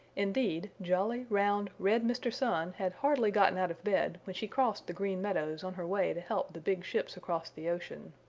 indeed, jolly, round, red mr. sun had hardly gotten out of bed when she crossed the green meadows on her way to help the big ships across the ocean.